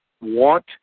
want